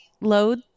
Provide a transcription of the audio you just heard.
load